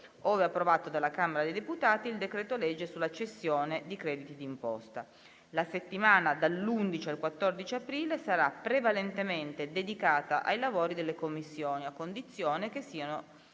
ove approvato dalla Camera dei deputati, il decreto-legge sulla cessione di crediti d'imposta. La settimana dall'11 al 14 aprile sarà prevalentemente dedicata ai lavori delle Commissioni, a condizione che siano